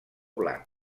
blanc